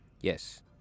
yes